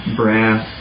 brass